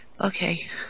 Okay